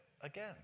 again